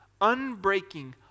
unbreaking